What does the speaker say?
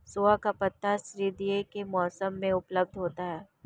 सोआ का पत्ता सर्दियों के मौसम में उपलब्ध होता है